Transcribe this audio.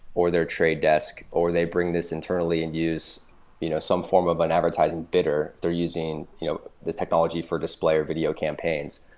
or their trade desk, or they bring this internally and use you know some form of an advertising bidder, they're using you know this technology for display or video campaigns.